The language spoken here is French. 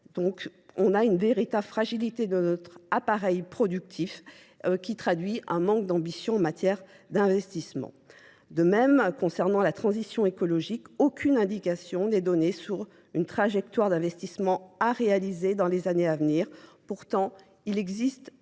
Donc, on a une véritable fragilité de notre appareil productif qui traduit un manque d'ambition en matière d'investissement. De même, concernant la transition écologique, aucune indication n'est donnée sur une trajectoire d'investissement à réaliser dans les années à venir. Pourtant, il existe